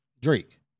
Drake